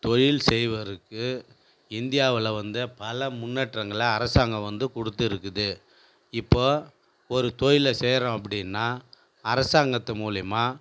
தொழில் செய்வோருக்கு இந்தியாவில் வந்து பல முன்னேற்றங்கள அரசாங்கம் வந்து கொடுத்துருக்குது இப்போது ஒரு தொழிலை செய்கிறோம் அப்படின்னா அரசாங்கத்து மூலிமா